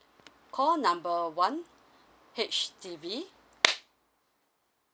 call number one H_D_B